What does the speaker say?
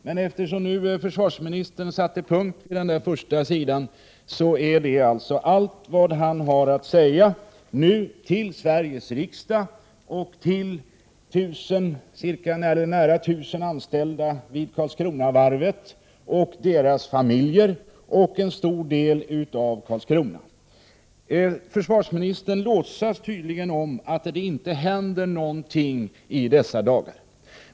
Men eftersom försvarsministern nu satte punkt efter denna första sida är detta tydligen allt han nu har att säga till Sveriges riksdag och en stor del av Karlskronas befolkning, nära 1 000 anställda vid Karlskronavarvet och deras familjer. Försvarsministern låtsas tydligen att det inte händer något i dessa dagar.